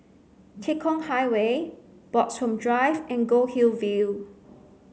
Tekong Highway Bloxhome Drive and Goldhill View